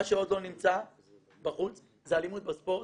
מה שעוד לא נמצא בחוץ זה אלימות בספורט.